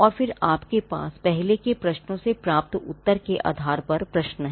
और फिर आपके पास पहले के प्रश्नों से प्राप्त उत्तर के आधार पर प्रश्न हैं